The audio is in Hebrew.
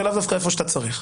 ולא דווקא איפה שאתה צריך.